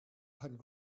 hunt